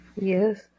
Yes